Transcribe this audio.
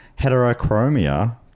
heterochromia